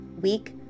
week